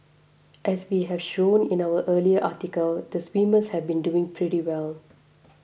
as we have shown in our earlier article the swimmers have been doing pretty well